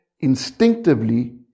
instinctively